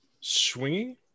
swinging